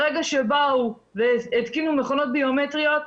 ברגע שבאו והתקינו מכונות ביומטריות,